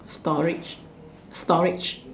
storage storage